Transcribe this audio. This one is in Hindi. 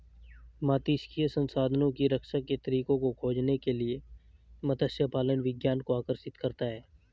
मात्स्यिकी संसाधनों की रक्षा के तरीकों को खोजने के लिए मत्स्य पालन विज्ञान को आकर्षित करता है